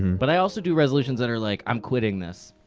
but i also do resolutions that are like, i'm quitting this.